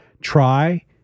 try